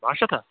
بَہہ شَتھ ہہ